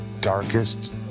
darkest